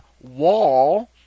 wall